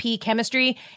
chemistry